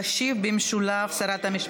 תשיב במשולב שרת המשפטים,